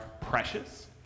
precious